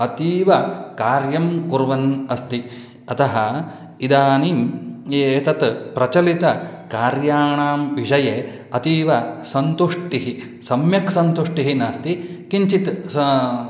अतीव कार्यं कुर्वन् अस्ति अतः इदानीम् एतत् प्रचलितकार्याणां विषये अतीव सन्तुष्टः सम्यक् सन्तुष्टिः नास्ति किञ्चित् सः